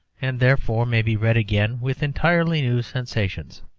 and therefore may be read again with entirely new sensations.